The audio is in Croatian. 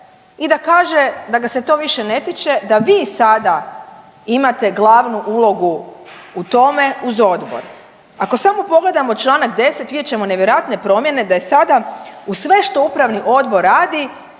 i da kaže da ga se to više ne tiče da vi sada imate glavnu ulogu u tome uz odbor? Ako samo pogledamo čl. 10.vidjet ćemo nevjerojatne promjene da je sada uz sve što upravni odbor radi